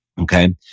Okay